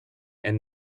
and